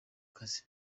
kazi